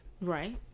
Right